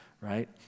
right